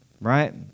Right